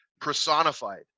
personified